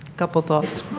couple of thoughts.